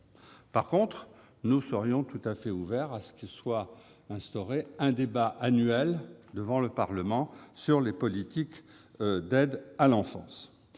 revanche, nous serions tout à fait ouverts à ce que soit instauré un débat annuel devant le Parlement sur les politiques d'aide à l'enfance.